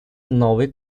новой